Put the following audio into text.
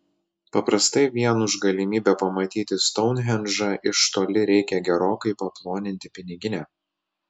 paprastai vien už galimybę pamatyti stounhendžą iš toli reikia gerokai paploninti piniginę